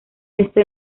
esto